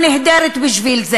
לא שמעת מה הוא